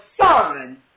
Son